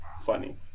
funny